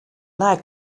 like